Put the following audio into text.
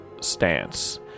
stance